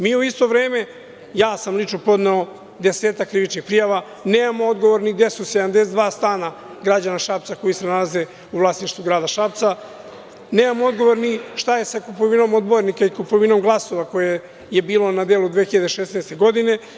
Mi u isto vreme, ja sam lično podneo desetak krivičnih prijava, nemamo odgovor ni gde su 72 stana građana Šapca koji se nalaze u vlasništvu grada Šapca, nemamo dogovor ni šta je sa kupovinom odbornika i kupovinom glasova koje je bilo na delu 2016. godine.